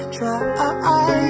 Try